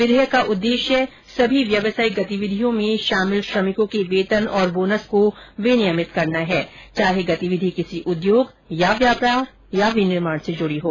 विधेयक का उद्देश्य सभी व्यावसायिक गतिविधियों में शामिल श्रमिकों के वेतन और बोनस को विनियमित करना है चाहे गतिविधि किसी उद्योग या व्यापार या विनिर्माण से जुड़ी हो